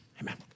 Amen